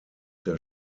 der